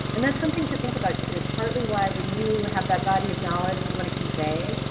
and that's something to think about too, it's partly why when you have that body of knowledge you wanna convey,